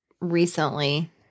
recently